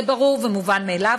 זה ברור ומובן מאליו,